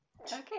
okay